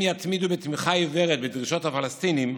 יתמידו בתמיכה עיוורת בדרישות הפלסטינים,